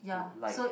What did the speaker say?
would like